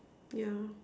yeah